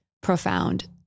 profound